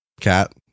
Cat